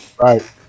right